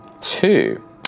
Two